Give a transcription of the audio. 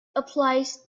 applies